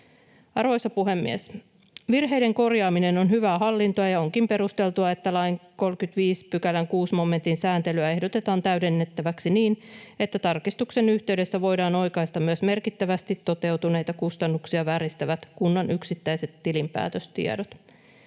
Arvoisa puhemies! Virheiden korjaaminen on hyvää hallintoa, ja onkin perusteltua, että lain 35 §:n 6 momentin sääntelyä ehdotetaan täydennettäväksi niin, että tarkistuksen yhteydessä voidaan oikaista myös merkittävästi toteutuneita kustannuksia vääristävät kunnan yksittäiset tilinpäätöstiedot.